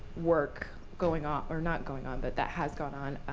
work going on or not going on, but that has gone on,